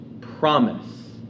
promise